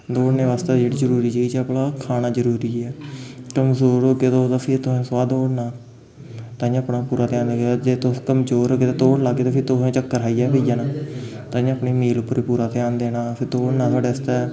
दौड़ने बास्तै जेह्ड़ी जरूरी चीज ऐ भला खाना जरूरी ऐ कमजोर होगे तुस ते फ्ही तुसें सोआह् दौड़ना तांइयैं अपना पूरा ध्यान रक्खना जे तुस कमजोर होगे ते दौड़ लाग्गे ते फिर तुसें चक्कर खाइयै गै पेई जाना तांइयैं अपनी मील उप्पर पूरा ध्यान देना फिर दौड़ना थुआढ़े आस्तै